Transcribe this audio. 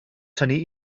tynnu